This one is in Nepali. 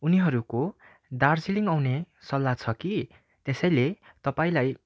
उनीहरूको दार्जिलिङ आउने सल्लाह छ कि त्यसैले तपाईँलाई